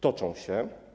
Toczą się.